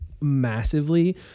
massively